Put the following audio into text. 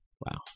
wow